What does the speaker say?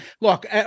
Look